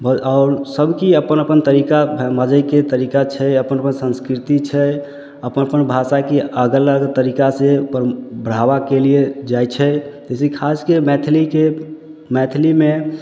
बह आओर सबकी अपन अपन तरीका बजैके तरीका छै अपन अपन संस्कृति छै अपन अपन भाषाके अगल अलग तरीकासे प्रेम बढ़ावाके लिए जाइ छै जइसे खासके मैथिलीके मैथिलीमे